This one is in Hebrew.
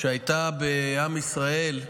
שהייתה בעם ישראל,